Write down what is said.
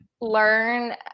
learn